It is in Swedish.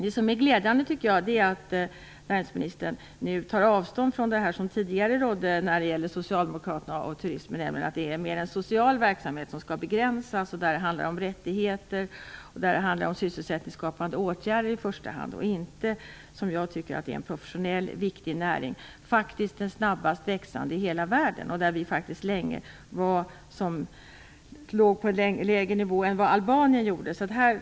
Det är glädjande att näringsministern nu tar avstånd från den åsikt som socialdemokraterna tidigare hade när det gällde turismen, nämligen att det mer är fråga om en social verksamhet som skall begränsas. Det handlade om rättigheter och om sysselsättningsskapande åtgärder i första hand och inte, som jag tycker, om att det är en professionell och viktig näring. Det är faktiskt den snabbast växande näringen i hela världen. Vi låg länge på en lägre nivå än vad Albanien gjorde.